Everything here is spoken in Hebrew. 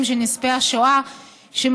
של נספי השואה (השבה ליורשים והקדשה למטרות סיוע והנצחה),